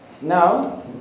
Now